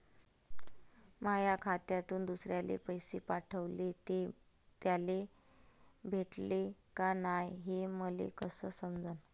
माया खात्यातून दुसऱ्याले पैसे पाठवले, ते त्याले भेटले का नाय हे मले कस समजन?